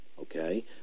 Okay